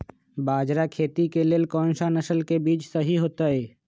बाजरा खेती के लेल कोन सा नसल के बीज सही होतइ?